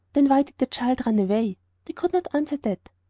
then why did the child run away? they could not answer that.